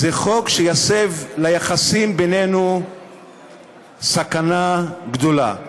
זה חוק שיסב ליחסים בינינו סכנה גדולה.